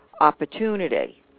opportunity